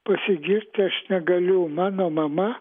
pasigirti aš negaliu mano mama